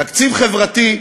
תקציב חברתי,